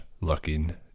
looking